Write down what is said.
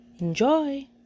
Enjoy